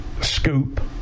scoop